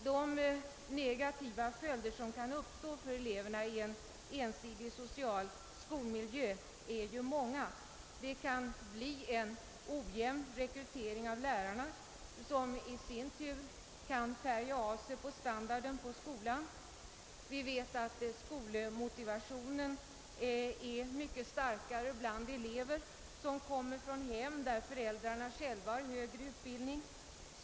De negativa följder som kan uppstå för eleverna i en ensidig social skolmiljö är många. Det kan bli en ojämn rekrytering av lärare som i sin tur kan färga av sig på standarden på skolan. Vi vet att skolmotivationen är mycket starkare bland elever som kommer från hem där föräldrarna själva har högre utbildning.